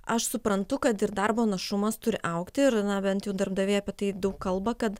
aš suprantu kad ir darbo našumas turi augti ir na bent jau darbdaviai apie tai daug kalba kad